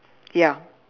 ya